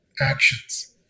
actions